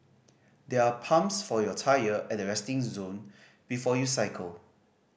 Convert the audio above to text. there are pumps for your tyre at the resting zone before you cycle